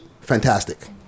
fantastic